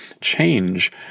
change